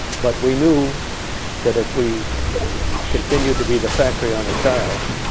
but we knew that if we continued to be the factory on the charles,